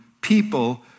people